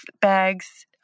bags